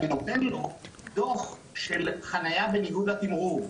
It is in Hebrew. אני נותן לו דוח של חניה בניגוד לתמרור.